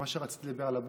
למה שאני רציתי לדבר עליו,